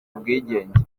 ubwigenge